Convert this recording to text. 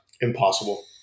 impossible